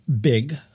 big